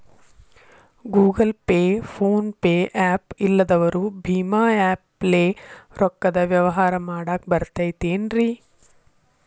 Google Pay, PhonePe app ಇಲ್ಲದವರು ಭೇಮಾ app ಲೇ ರೊಕ್ಕದ ವ್ಯವಹಾರ ಮಾಡಾಕ್ ಬರತೈತೇನ್ರೇ?